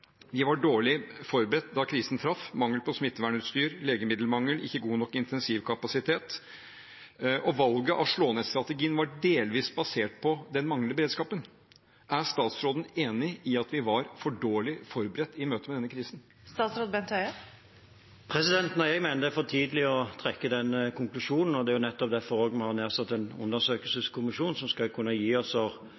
var dårlig forberedt da krisen traff – med mangel på smittevernutstyr, legemiddelmangel, ikke god nok intensivkapasitet – og valget av slå-ned-strategien var delvis basert på den manglende beredskapen. Spørsmålet til statsråden – mitt første spørsmål – er: Er statsråden enig i at vi var for dårlig forberedt i møtet med denne krisen? Jeg mener det er for tidlig å trekke den konklusjonen, og det er nettopp derfor vi har nedsatt en